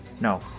no